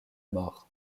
mort